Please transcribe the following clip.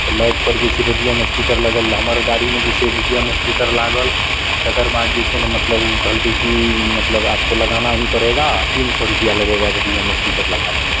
तऽ लाइटपर जे छै रेडियम स्टिकर लगाएल हमर गाड़ीमे जे छै रेडियम स्टिकर लागल आओर तकरबाद जे छै ने मतलब ओ कहलकै कि मतलब आपको लगाना ही पड़ेगा तीन सओ रुपैआ लगेगा रेडियम स्टिकर लगाने में